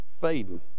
fading